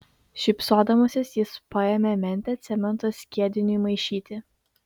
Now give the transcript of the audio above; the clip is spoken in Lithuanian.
šypsodamasis jis paėmė mentę cemento skiediniui maišyti